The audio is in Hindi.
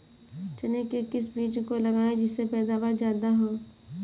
चने के किस बीज को लगाएँ जिससे पैदावार ज्यादा हो?